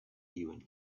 even